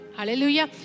Hallelujah